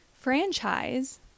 franchise